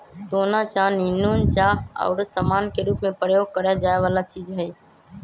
सोना, चानी, नुन, चाह आउरो समान के रूप में प्रयोग करए जाए वला चीज हइ